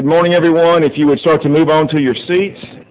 good morning everyone if you would start to move on to your seats